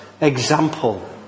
example